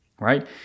right